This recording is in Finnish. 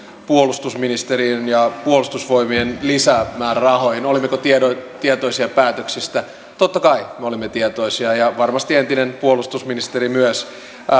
puolustusministeriön ja puolustusvoimien lisämäärärahoista siitä olimmeko tietoisia päätöksistä totta kai olimme tietoisia ja varmasti entinen puolustusministeri myös